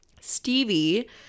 Stevie